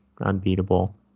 Unbeatable